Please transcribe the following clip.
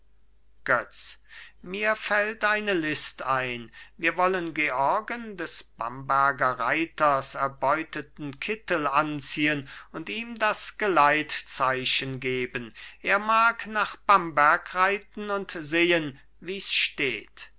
götz mir fällt eine list ein wir wollen georgen des bamberger reiters erbeuteten kittel anziehen und ihm das geleitzeichen geben er mag nach bamberg reiten und sehen wie's steht